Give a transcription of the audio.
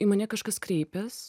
į mane kažkas kreipias